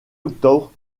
octobre